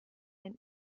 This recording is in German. ein